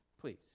please